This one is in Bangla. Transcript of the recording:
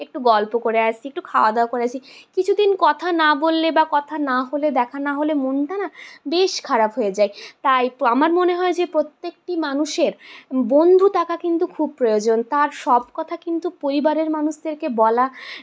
একটু গল্প করে আসি একটু খাওয়া দওয়া করে আসি কিছু দিন কথা না বললে বা কথা না হলে দেখা না হলে মনটা না বেশ খারাপ হয়ে যায় তাই একটু আমার মনে হয় যে প্রত্যেকটি মানুষের বন্ধু থাকা কিন্তু খুব প্রয়োজন তার সব কথা কিন্তু পরিবারের মানুষদেরকে বলা